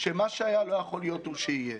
שמה שהיה לא יכול להיות הוא שיהיה.